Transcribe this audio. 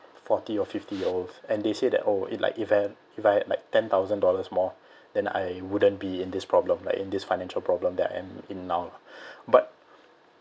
forty or fifty year olds and they say that !oh! if like if I have if I have like ten thousand dollars more then I wouldn't be in this problem like in this financial problem that I am in now lah but